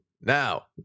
Now